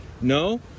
No